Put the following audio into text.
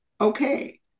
Okay